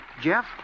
Jeff